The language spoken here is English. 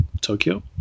Tokyo